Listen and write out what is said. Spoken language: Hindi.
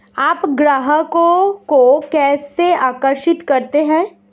आप ग्राहकों को कैसे आकर्षित करते हैं?